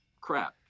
crap